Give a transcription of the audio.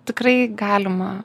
tikrai galima